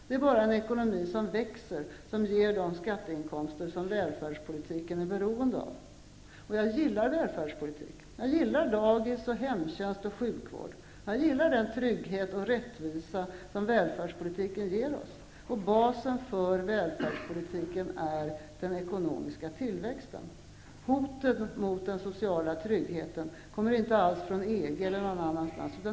Det är bara en ekonomi som växer som ger de skatteinkomster som välfärdspolitiken är beroende av. Jag gillar välfärdspolitik. Jag gillar dagis, hemtjänst och sjukvård. Jag gillar den trygghet och rättvisa som välfärdspolitiken ger oss. Basen för välfärdspolitiken är den ekonomiska tillväxten. Hoten mot den sociala tryggheten kommer inte alls från EG eller någan annanstans.